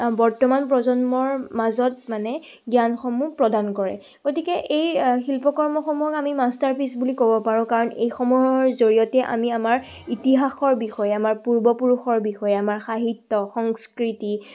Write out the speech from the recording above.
বৰ্তমান প্ৰজন্মৰ মাজত মানে জ্ঞানসমূহ প্ৰদান কৰে গতিকে এই শিল্পকৰ্মসমূহক আমি মাষ্টাৰ পিছ বুলি ক'ব পাৰোঁ কাৰণ এইসমূহৰ জৰিয়তে আমি আমাৰ ইতিহাসৰ বিষয়ে আমাৰ পূৰ্বপুৰুষৰ বিষয়ে আমাৰ সাহিত্য সংস্কৃতি